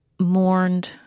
mourned